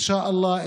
אינשאללה,